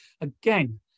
again